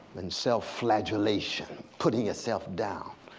and self-flagellation. putting yourself down,